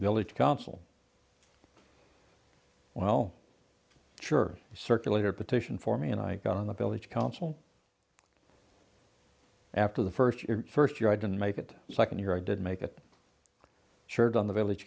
village council well sure circulator petitioned for me and i got on the village council after the first your first year i didn't make it the second year i did make a shirt on the village